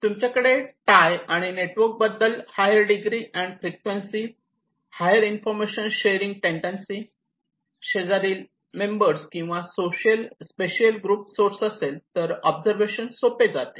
तुमच्याकडे टाय आणि नेटवर्क बद्दल higher degree and frequency higher information sharing tendency शेजारील मेंबर किंवा स्पेशियल ग्रुप सोर्स असेल तर ऑब्झर्वेशन सोपे जाते